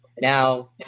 Now